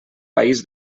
país